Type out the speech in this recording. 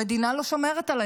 המדינה לא שומרת עליי,